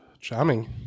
Charming